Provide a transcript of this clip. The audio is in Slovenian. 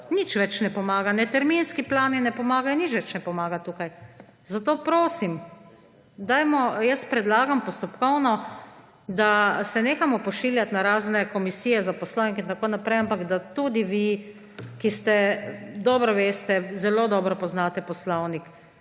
nič več ne pomaga, terminski plani ne pomagajo, nič več ne pomaga tukaj. Zato prosim, jaz predlagam postopkovno, da se nehamo pošiljati na razne komisije za poslovnik in tako naprej, ampak da tudi vi, ki dobro veste, zelo dobro poznate poslovnik,